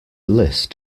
list